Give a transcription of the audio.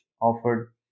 offered